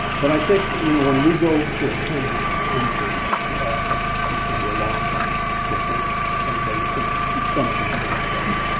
but i think you know when we go to a penny increase, it is going to be a long time before anybody is going to stomach another one of those.